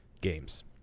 games